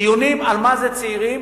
דיונים על מה זה צעירים,